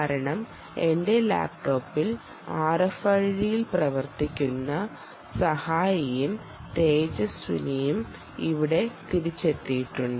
കാരണം എന്റെ ലാപ്ടോപ്പിൽ RFID ൽ പ്രവർത്തിക്കുന്ന സുഹായിയും തേജസ്വിനിയും ഇവിടെ തിരിച്ചെത്തിയിട്ടുണ്ട്